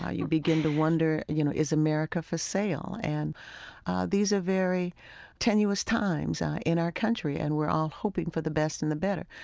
you begin to wonder you know is america for sale. and these are very tenuous times in our country, and we're all hoping for the best and the better.